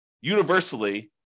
universally